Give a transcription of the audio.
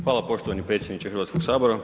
Hvala poštovani predsjedniče Hrvatskog sabora.